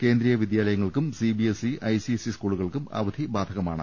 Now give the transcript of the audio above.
കേന്ദ്രീയ വിദ്യാലയങ്ങൾക്കും C B S E I C S E സ്കൂളുകൾക്കും അവധി ബാധകമാണ്